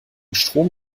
strom